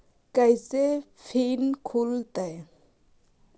कैसे फिन खुल तय?